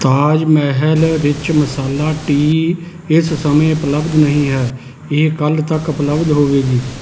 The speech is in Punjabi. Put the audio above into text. ਤਾਜ ਮਹਿਲ ਰਿੱਚ ਮਸਾਲਾ ਟੀ ਇਸ ਸਮੇਂ ਉਪਲਬਧ ਨਹੀਂ ਹੈ ਇਹ ਕੱਲ੍ਹ ਤੱਕ ਉਪਲਬਧ ਹੋਵੇਗੀ